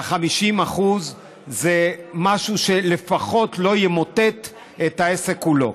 50% זה משהו שלפחות לא ימוטט את העסק כולו.